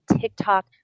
TikTok